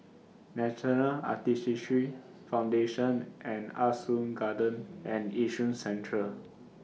National Arthritis Foundation Ah Soo Garden and Yishun Central